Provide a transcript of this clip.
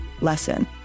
lesson